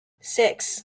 six